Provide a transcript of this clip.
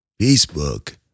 Facebook